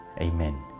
amen